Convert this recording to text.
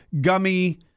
gummy